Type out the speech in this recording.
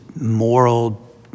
moral